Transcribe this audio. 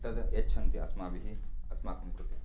तद् यच्छन्ति अस्माभिः अस्माकं कृते